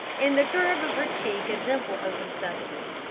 in the curve of her cheek a dimple opened suddenly.